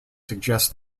suggest